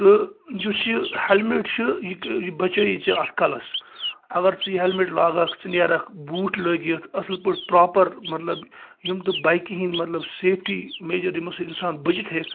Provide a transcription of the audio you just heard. تہٕ یُس یہِ ہیلمِٹ چھُ یہِ کہِ یہِ بَچٲیی ژےٚ اَتھ کَلَس اَگَر ژٕ یہِ ہیلمِٹ لاگَکھ ژٕ نیرَکھ بوٗٹھ لٲگِتھ اَصٕل پٲٹھۍ پراپَر مَطلَب یِم تہِ بایکِہ ہٕنٛدۍ مَطلَب سیٚفٹی میجَر یِمو سٍتۍ اِنسان بٔچِتھ ہٮ۪کہِ